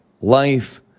life